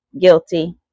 guilty